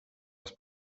was